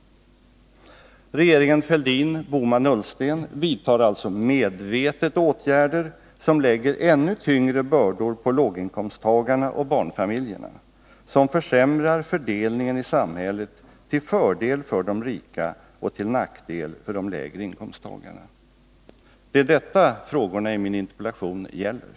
Regeringen Fälldin-Bohman-Ullsten vidtar alltså medvetet åtgärder som lägger ännu tyngre bördor på låginkomsttagare och barnfamiljer, vilket försämrar fördelningen i samhället, till fördel för de rika och till nackdel för dem som har lägre inkomster. Det är de frågorna som min interpellation gäller.